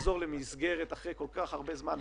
לחזור למסגרת אחרי כל כך הרבה זמן,